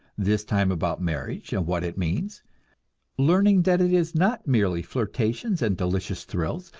this time about marriage and what it means learning that it is not merely flirtations and delicious thrills,